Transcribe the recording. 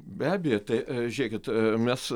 be abejo tai žiūrėkit mes